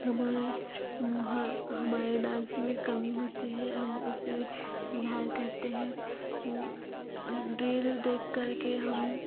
हमारे ह हमारे डांस में कमी होती है हम उसमें सुधार करते हैं रील देख करके हम